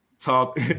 talk